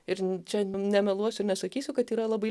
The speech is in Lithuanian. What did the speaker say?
ir čia nemeluosiu ir nesakysiu kad yra labai